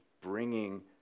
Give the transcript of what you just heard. bringing